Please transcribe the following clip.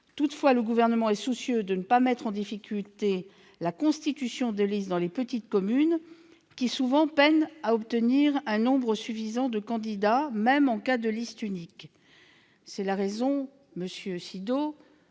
Il est en effet soucieux de ne pas mettre en difficulté la constitution de listes dans les petites communes, qui souvent peinent à obtenir un nombre suffisant de candidats, même en cas de liste unique. Monsieur Sido,